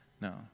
No